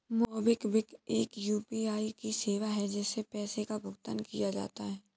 MobiKwik एक UPI की सेवा है, जिससे पैसे का भुगतान किया जाता है